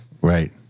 Right